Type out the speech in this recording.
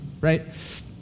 right